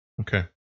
Okay